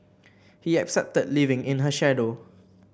he accepted living in her shadow